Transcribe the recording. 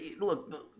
look